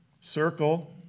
Circle